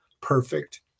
perfect